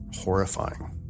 horrifying